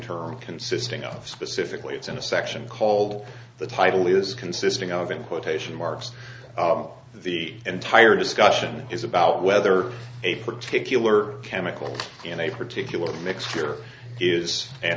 term consisting of specifically it's in a section called the title is consisting of in quotation marks the entire discussion is about whether a particular chemical in a particular mixture is an